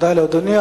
תודה לאדוני.